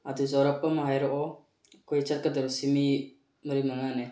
ꯑꯗꯨ ꯆꯥꯎꯔꯥꯛꯄ ꯑꯃ ꯍꯥꯏꯔꯛꯑꯣ ꯑꯩꯈꯣꯏ ꯆꯠꯀꯗꯧꯔꯤꯁꯤ ꯃꯤ ꯃꯔꯤ ꯃꯉꯥꯅꯦ